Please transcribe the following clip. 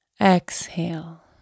Exhale